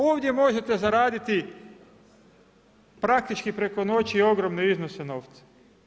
Ovdje možete zaraditi praktički preko noći ogromne iznose novca.